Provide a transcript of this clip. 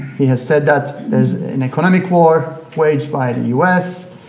he has said that there is an economic war waged by the u s.